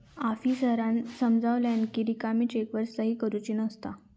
आफीसरांन समजावल्यानं कि रिकामी चेकवर सही करुची नसता